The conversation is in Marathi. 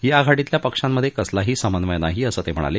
या आघाडीतल्या पक्षांमधे कसलाही समन्वय नाही असं ते म्हणाले